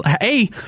Hey